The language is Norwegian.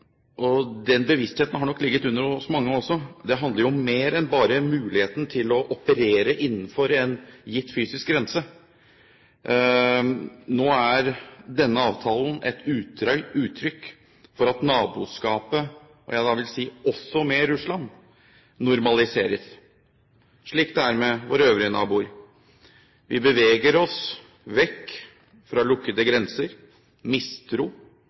den bevisstheten har nok ligget under hos mange også – handler om mer enn bare muligheten til å operere innenfor en gitt fysisk grense. Nå er denne avtalen et uttrykk for at naboskapet – også med Russland – normaliseres, slik det er med våre øvrige naboer. Vi beveger oss vekk fra lukkede grenser, mistro